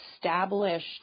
established